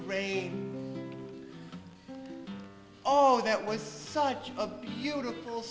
rain oh that was such a beautiful